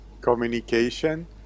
Communication